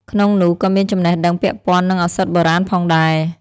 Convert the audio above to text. ក្នុងនោះ ក៏មានចំណេះដឹងពាក់ព័ន្ធនឹងឱសថបុរាណផងដែរ។